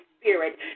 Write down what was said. spirit